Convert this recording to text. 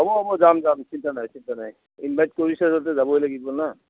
হ'ব হ'ব যাম যাম চিন্তা নাই চিন্তা নাই ইনভাইট কৰিছা যেতিয়া যাবই লাগিব না